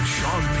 Sean